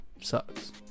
sucks